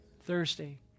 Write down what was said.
Thirsty